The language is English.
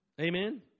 Amen